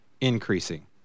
increasing